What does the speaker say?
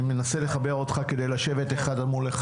אני מנסה לחבר אותך שתשב אחד על אחד.